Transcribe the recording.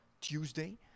Tuesday